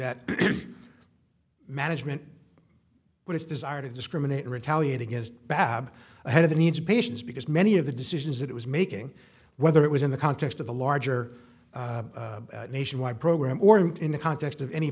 that management but its desire to discriminate retaliate against babb ahead of the needs of patients because many of the decisions that it was making whether it was in the context of a larger nationwide program or in the context of any